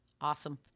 Awesome